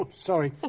sorry.